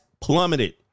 plummeted